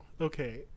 Okay